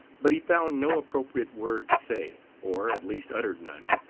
but he found no appropriate word to say or at least uttered none.